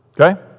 Okay